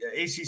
ACC